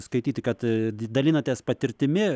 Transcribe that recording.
skaityti kad dalinatės patirtimi